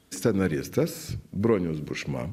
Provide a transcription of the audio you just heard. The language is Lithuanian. scenaristas bronius bušma